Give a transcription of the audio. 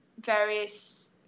various